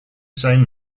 same